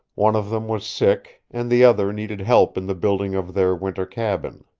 one of them was sick, and the other needed help in the building of their winter cabin.